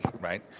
right